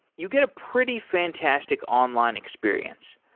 you get a pretty fantastic online experience.